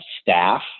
staff